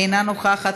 אינה נוכחת,